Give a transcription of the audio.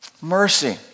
mercy